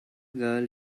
girl